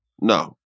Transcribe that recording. No